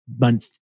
month